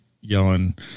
yelling